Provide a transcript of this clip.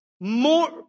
more